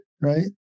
Right